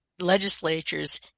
legislatures